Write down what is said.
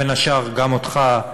בין השאר גם אותך,